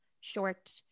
short